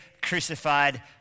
crucified